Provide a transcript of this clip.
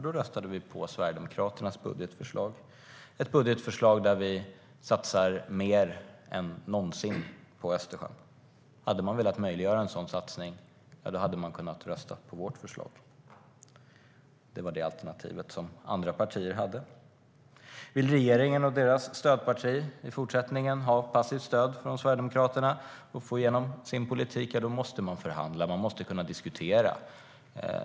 Då röstade vi på Sverigedemokraternas budgetförslag, där vi satsar mer än någonsin på Östersjön. Hade man velat möjliggöra en sådan satsning hade man kunnat rösta på vårt förslag. Det var ett alternativ som andra partier hade. Vill regeringen och deras stödparti i fortsättningen ha passivt stöd från Sverigedemokraterna och få igenom sin politik måste man förhandla. Man måste kunna diskutera.